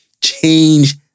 Change